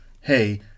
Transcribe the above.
hey